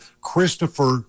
Christopher